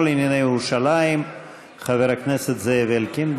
לענייני ירושלים חבר הכנסת זאב אלקין.